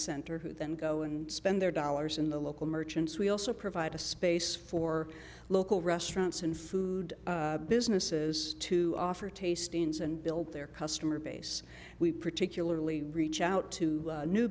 center who then go and spend their dollars in the local merchants we also provide a space for local restaurants and food businesses to offer tastings and build their customer base we particularly reach out to new